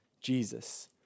Jesus